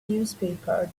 newspaper